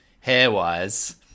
hair-wise